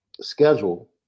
schedule